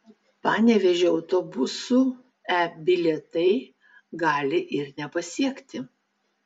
panevėžio autobusų e bilietai gali ir nepasiekti